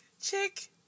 chick